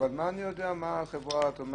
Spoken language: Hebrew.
אבל מה אני יודע מה החברה אתה אומר